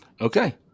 Okay